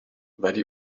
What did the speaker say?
ولی